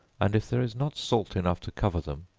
and if there is not salt enough to cover them,